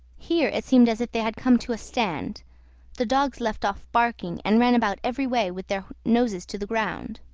here it seemed as if they had come to a stand the dogs left off barking, and ran about every way with their noses to the ground.